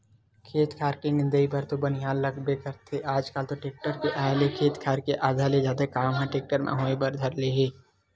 खेत खार के निंदई बर तो बनिहार लगबे करथे आजकल तो टेक्टर के आय ले खेत खार के आधा ले जादा काम ह टेक्टर म होय बर धर ले हे